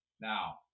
Now